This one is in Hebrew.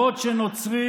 בעוד נוצרי